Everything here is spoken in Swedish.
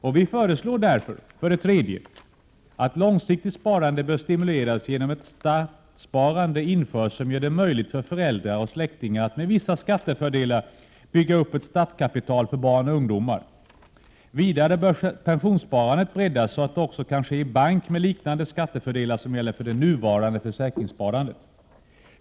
För det tredje föreslår vi därför att långsiktigt sparande bör stimuleras genom att startsparande införs, som gör det möjligt för föräldrar och släktingar att, med vissa skattefördelar, bygga upp ett startkapital för barn och ungdomar. Vidare bör pensionssparandet breddas, så att det också kan ske i bank med liknande skattefördelar som gäller för det nuvarande försäkringssparandet.